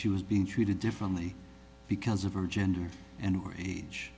she was being treated differently because of her gender and